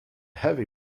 heavy